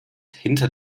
hinter